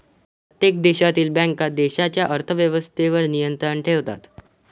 प्रत्येक देशातील बँका देशाच्या अर्थ व्यवस्थेवर नियंत्रण ठेवतात